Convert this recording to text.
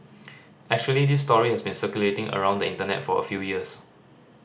actually this story has been circulating around the Internet for a few years